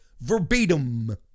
verbatim